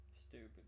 stupid